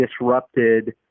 disrupted